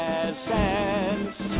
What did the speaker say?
essence